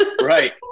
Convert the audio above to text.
Right